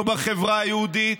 לא בחברה היהודית,